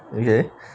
okay